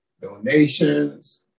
donations